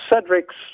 Cedric's